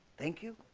thank you